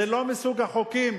זה לא מסוג החוקים